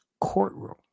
courtroom